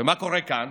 ומה קורה כאן?